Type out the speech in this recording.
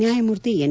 ನ್ಯಾಯಮೂರ್ತಿ ಎನ್